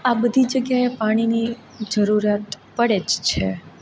આ બધી જગ્યાએ પાણીની જરૂરિયાત પડે જ છે